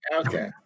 Okay